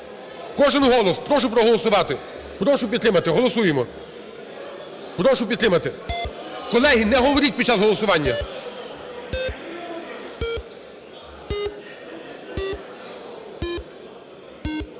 Кожен голос! Прошу проголосувати, прошу підтримати. Голосуємо. Прошу підтримати! (Шум у залі) Колеги, не говоріть під час голосування.